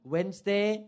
Wednesday